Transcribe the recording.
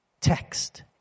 text